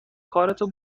کارتو